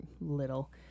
little